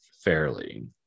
fairly